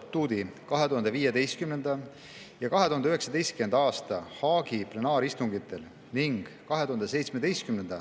statuudi 2015. ja 2019. aasta Haagi plenaaristungitel ning 2017.